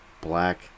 black